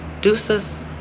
Deuces